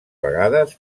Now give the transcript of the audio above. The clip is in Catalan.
vegades